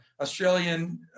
Australian